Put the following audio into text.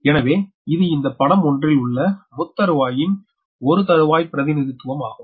எனவே இது இந்த படம் 1 ல் உள்ள முத்தருவாயின் ஒரு தருவாய் பிரதிநிதித்துவம் ஆகும்